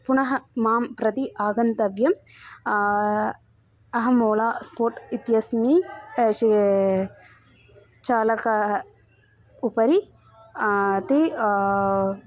पुनः मां प्रति आगन्तव्यम् अहम् ओला स्पोट् इत्यस्मि चालक उपरि ते